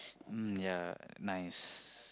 mm ya nice